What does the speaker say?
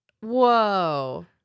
Whoa